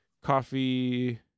coffee